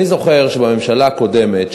אני זוכר שבממשלה הקודמת,